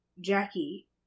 Jackie